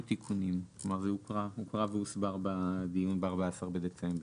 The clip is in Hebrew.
תיקונים, והוא הוקרא והוסבר בדיון ב-14 בדצמבר.